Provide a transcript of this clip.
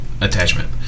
attachment